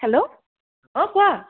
hello অঁ কোৱা